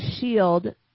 shield